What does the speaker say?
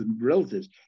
relatives